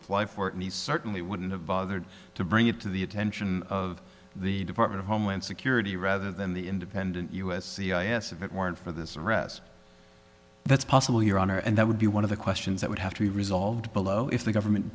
apply for it and he certainly wouldn't have bothered to bring it to the attention of the department of homeland security rather than the independent u s c i s if it weren't for this arrest that's possible your honor and that would be one of the questions that would have to be resolved below if the government